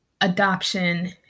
adoption